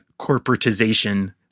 corporatization